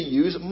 use